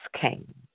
came